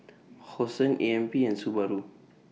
Hosen A M P and Subaru